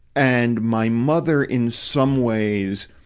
and my mother, in some ways,